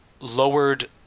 lowered